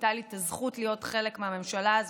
הייתה לי הזכות להיות חלק מהממשלה הזו.